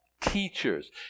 teachers